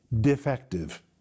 defective